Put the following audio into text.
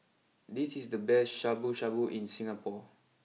this is the best Shabu Shabu in Singapore